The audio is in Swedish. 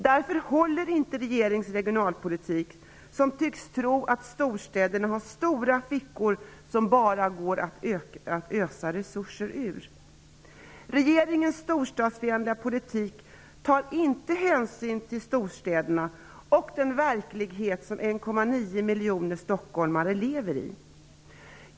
Därför håller inte regeringens regionalpolitik, som tycks utgå ifrån att storstäderna har stora fickor som bara går att ösa resurser ur. Regeringens storstadsfientliga politik tar inte hänsyn till storstäderna och den verklighet som 1,9 miljoner stockholmare lever i.